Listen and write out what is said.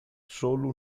solo